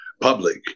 public